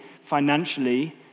financially